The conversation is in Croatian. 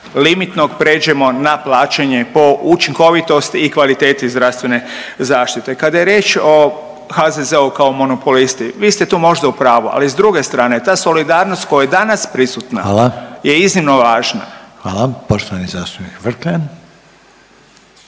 limitnog prijeđemo na plaćanje po učinkovitosti i kvaliteti zdravstvene zaštite. Kada je riječ o HZZO-u kao monopolisti vi ste tu možda u pravu, ali s druge strane ta solidarnost koja je danas prisutna je iznimno važna. **Reiner, Željko (HDZ)** Hvala. Poštovani zastupnik Vrkljan.